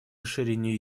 расширение